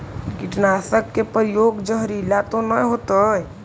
कीटनाशक के प्रयोग, जहरीला तो न होतैय?